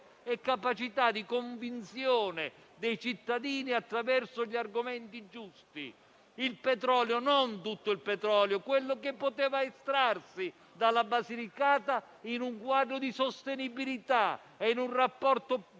di ascolto e convinzione dei cittadini attraverso gli argomenti giusti; quanto al petrolio, non tutto il petrolio, ma quello che poteva estrarsi dalla Basilicata in un quadro di sostenibilità e in un rapporto